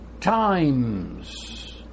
times